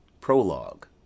Prologue